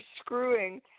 screwing